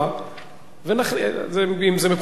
אם זה מקובל עליכם, על המציעים.